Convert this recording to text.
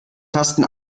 tasten